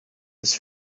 his